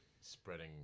Spreading